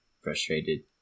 frustrated